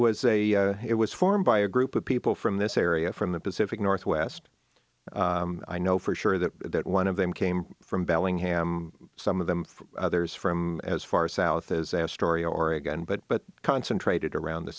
was a it was formed by a group of people from this area from the pacific northwest i know for sure that that one of them came from bellingham some of them others from as far south as astoria oregon but but concentrated around the